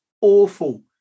awful